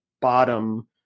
bottom